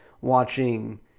watching